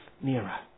nearer